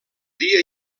dia